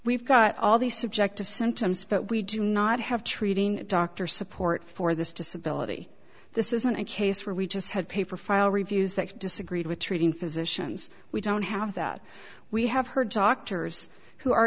we've got all these subjective symptoms but we do not have treating doctor support for this disability this isn't a case where we just had paper file reviews that disagreed with treating physicians we don't have that we have her doctors who are